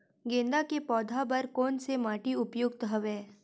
गेंदा के पौधा बर कोन से माटी उपयुक्त हवय?